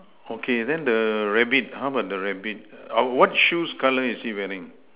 okay then the rabbit how about the rabbit ah what shoes colour is he wearing